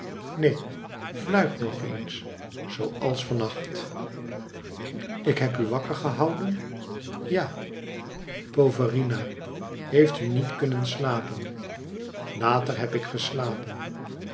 neen fluit nog eens zoo als van nacht ik heb u wakker gehouden ja poverina heeft u niet kunnen slapen later heb ik geslapen